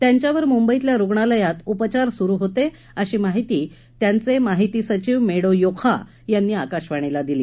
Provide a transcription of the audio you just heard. त्यांच्यावर मुंबईतल्या रुग्णालयात उपचार सुरु होते अशी माहिती त्यांचे माहिती सचिव मेडो योखा यांनी आकाशवाणीला दिली